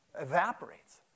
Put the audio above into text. evaporates